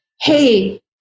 hey